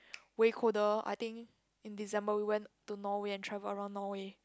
way colder I think in December we went to Norway and travel around Norway